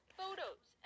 photos